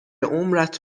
عمرت